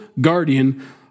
guardian